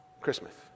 Christmas